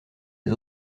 des